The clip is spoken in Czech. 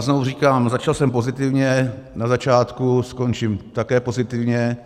Znovu říkám, začal jsem pozitivně na začátku, skončím také pozitivně.